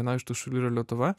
viena iš tokių šalių yra lietuva